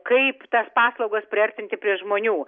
kaip tas paslaugas priartinti prie žmonių